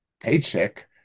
paycheck